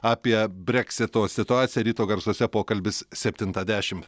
apie breksito situaciją ryto garsuose pokalbis septintą dešim